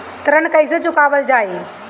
ऋण कैसे चुकावल जाई?